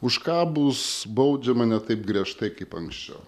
už ką bus baudžiama ne taip griežtai kaip anksčiau